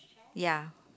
ya